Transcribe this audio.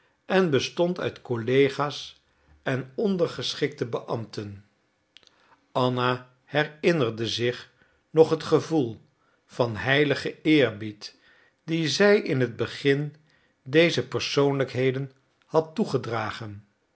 en bestond uit collega's en ondergeschikte beambten anna herinnerde zich nog het gevoel van heiligen eerbied dien zij in het begin deze persoonlijkheden had toegedragen